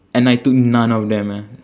and I took none of them eh